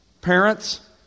parents